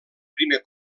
primer